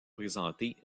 présentés